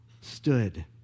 stood